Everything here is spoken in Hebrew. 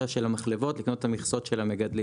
של המחלבות לקנות את המכסות של המגדלים.